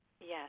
Yes